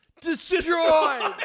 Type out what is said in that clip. Destroy